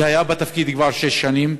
שהיה בתפקיד כבר שש שנים,